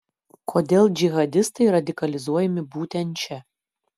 kodėl džihadistai radikalizuojami būtent čia